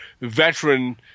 veteran